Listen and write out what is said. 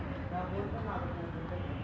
टोमॅटोचा बाजारभाव किती आहे?